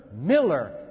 Miller